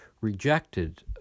rejected